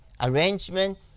arrangement